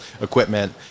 equipment